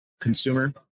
consumer